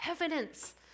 evidence